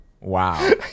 Wow